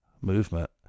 movement